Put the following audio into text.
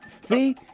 See